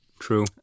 true